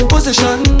Position